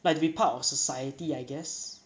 like to be part of society I guess